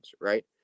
right